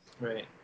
Right